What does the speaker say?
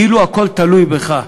כאילו הכול תלוי בך.